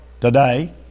today